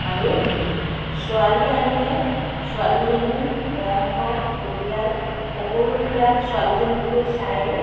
আৰু ছোৱালী আনিলে ছোৱালীজনী বংশ পৰিয়াল সকলোবিলাক ছোৱালীজনীতকৈ চায়েই